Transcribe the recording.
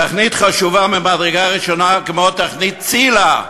תוכנית חשובה ממדרגה ראשונה, כמו תוכנית ציל"ה,